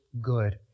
good